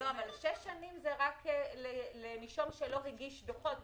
אבל השש שנים זה רק לנישום שלא מגיש דוחות,